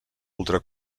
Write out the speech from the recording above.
ultra